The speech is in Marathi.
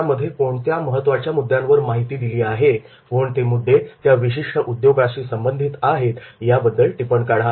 त्यामध्ये कोणत्या महत्त्वाच्या मुद्द्यांवर माहिती दिली आहे कोणते मुद्दे त्या विशिष्ट उद्योगाशी संबंधित आहे याबाबत टिपण काढा